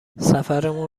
سفرمون